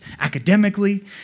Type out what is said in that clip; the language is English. academically